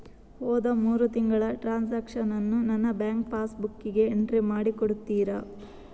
ಹೋದ ಮೂರು ತಿಂಗಳ ಟ್ರಾನ್ಸಾಕ್ಷನನ್ನು ನನ್ನ ಬ್ಯಾಂಕ್ ಪಾಸ್ ಬುಕ್ಕಿಗೆ ಎಂಟ್ರಿ ಮಾಡಿ ಕೊಡುತ್ತೀರಾ?